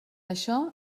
això